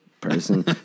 person